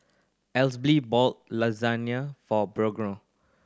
Esley bought Lasagne for Brogan